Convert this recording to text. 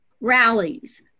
Rallies